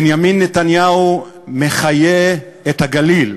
בנימין נתניהו מחיה את הגליל.